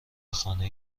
خانه